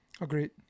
Agreed